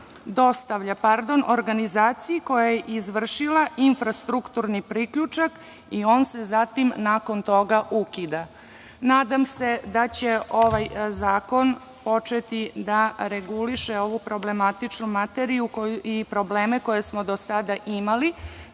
dostavlja organizaciji koja je izvršila infrastrukturni priključak i on se zatim nakon toga ukida. Nadam se da će ovaj zakon početi da reguliše ovu problematičnu materiju i probleme koje smo do sada imali,